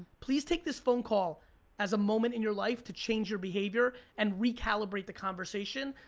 please take this phone call as a moment in your life to change your behavior and recalibrate the conversation.